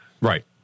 Right